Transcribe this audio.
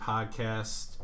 Podcast